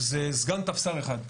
זה סגן טפס"ר אחד.